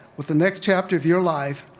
with the next chapter of your life,